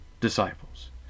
disciples